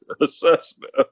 assessment